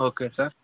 okay sir